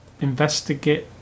Investigate